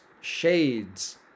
shades